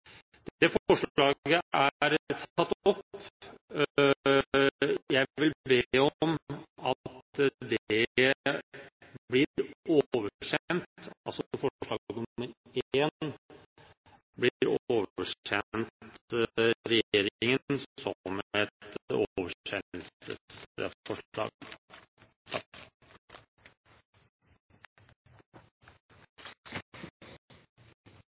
forvaringsdømte. Det forslaget er tatt opp. Jeg vil be om at forslaget – altså forslag nr. 1 – blir omgjort til et oversendelsesforslag.